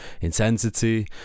intensity